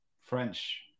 french